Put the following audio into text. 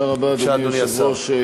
אדוני היושב-ראש,